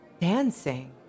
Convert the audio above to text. dancing